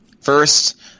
First